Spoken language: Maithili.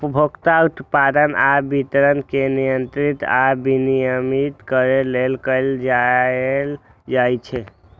उपभोग, उत्पादन आ वितरण कें नियंत्रित आ विनियमित करै लेल कर लगाएल जाइ छै